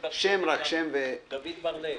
אני